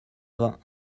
vingt